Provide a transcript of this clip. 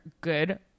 good